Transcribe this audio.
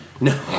No